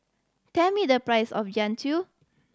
tell me the price of Jian Dui